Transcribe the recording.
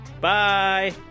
Bye